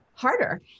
harder